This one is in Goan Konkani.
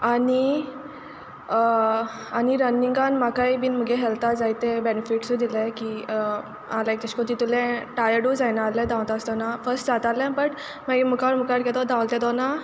आनी आनी रनिंगान म्हाकाय बीन म्हुगे हेल्ता जायते बेनिफीट्सूय दिल्याय की लायक तेशे कोन्न तितूलें टायर्डूय जायनासले धांवता आसतोना फस्ट जातालें बट मागीर म्हाका मुखार मुखार धांवलें तेदोना